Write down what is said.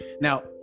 now